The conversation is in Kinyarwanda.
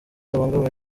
babangamiwe